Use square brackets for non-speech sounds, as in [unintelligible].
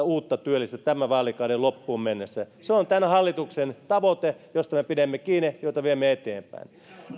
[unintelligible] uutta työllistä tämän vaalikauden loppuun mennessä on tämän hallituksen tavoite josta me pidämme kiinni ja jota viemme eteenpäin